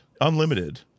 unlimited